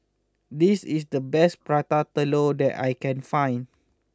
this is the best Prata Telur that I can find